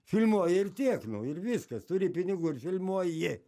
filmuoji ir tiek nu ir viskas turi pinigų ir filmuoji